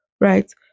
right